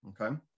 okay